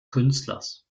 künstlers